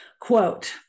quote